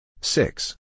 Six